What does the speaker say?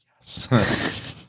yes